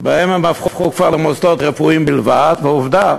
שבהם הם הפכו כבר למוסדות רפואיים בלבד, ועובדה